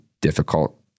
difficult